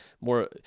more